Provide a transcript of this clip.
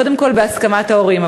קודם כול בהסכמת ההורים,